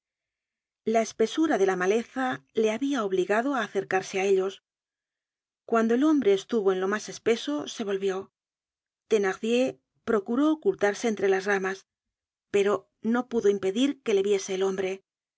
la espesura de la maleza le habia obligado á acercarse á ellos cuando el hombre estuvo en lo mas espeso se volvió thenardier procuró ocultarse entre las ramas pero no pudo impedir que le viese el hombre